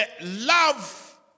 love